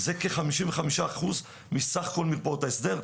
זה כ-55% מסך כל מרפאות ההסדר.